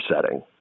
setting